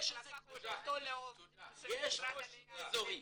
יש קושי איזורי.